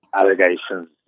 allegations